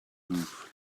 roof